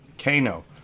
Kano